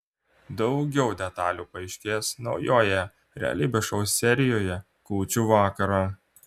daugiau detalių paaiškės naujoje realybės šou serijoje kūčių vakarą